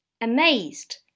Amazed